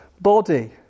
body